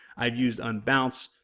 i've used on bounce,